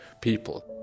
people